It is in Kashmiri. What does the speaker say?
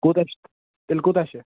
کوٗتاہ چھُ تیٚلہِ کوٗتاہ چھُ